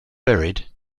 buried